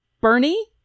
Bernie